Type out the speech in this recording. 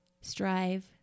strive